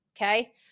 okay